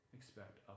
expect